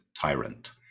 tyrant